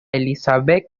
elizabeth